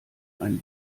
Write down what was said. ein